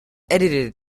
edited